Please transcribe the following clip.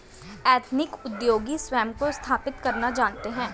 ethnic उद्योगी स्वयं को स्थापित करना जानते हैं